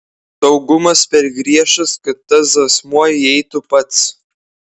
saugumas per griežtas kad tas asmuo įeitų pats